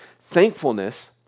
Thankfulness